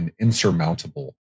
insurmountable